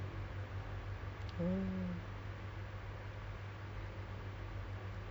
and most of it is consisting of molestation um